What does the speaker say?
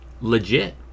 legit